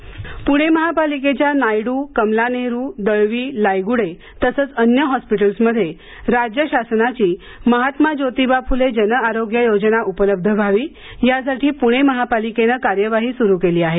जन आरोग्य पूणे महापालिकेच्या नायडू कमला नेहरू दळवी लायगूडे तसंच अन्य हॉस्पिटलमध्ये राज्य शासनाची महात्मा ज्योतिबा फुले जनआरोग्य योजना उपलब्ध व्हावी यासाठी पूणे महापालिकेनं कार्यवाही सुरू केली आहे